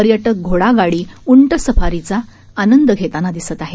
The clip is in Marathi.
पर्यटक घोडागाडी उंट सफरीचा आनंद घेताना दिसत आहेत